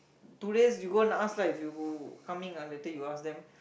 two days you go and ask lah if you coming ah later you ask them